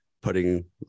putting